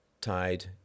tied